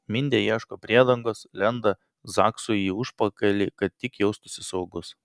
mindė ieško priedangos lenda zaksui į užpakalį kad tik jaustųsi saugus